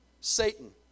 Satan